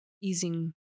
easing